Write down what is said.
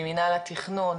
ממינהל התכנון?